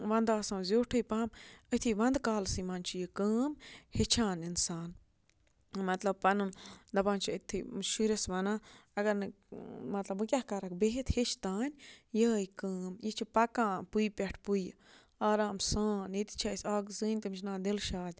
وَندٕ آسان زیوٗٹھٕے پَہَم أتھی وَندٕ کالسٕے منٛز چھِ یہِ کٲم ہیٚچھان اِنسان مطلب پَنُن دَپان چھِ أتھی شُرِس وَنان اگر نہٕ مطلب وۄنۍ کیٛاہ کَرَکھ بِہِتھ ہیٚچھۍ تام یِہوٚے کٲم یہِ چھِ پَکان پُیہِ پٮ۪ٹھ پُیہِ آرام سان ییٚتہِ چھِ اَسہِ اَکھ زٔنۍ تٔمِس چھِ ناو دِلشاد